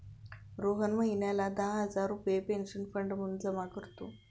रोहन महिन्याला दहा हजार रुपये पेन्शन फंड म्हणून जमा करतो